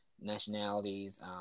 nationalities